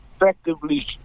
effectively